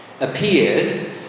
appeared